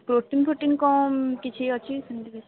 protein ଫୋଟ୍ରିନ୍ କ'ଣ କିଛି ଅଛି କି ସେମିତି କିଛି